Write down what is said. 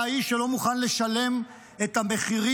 אתה האיש שלא מוכן לשלם את המחירים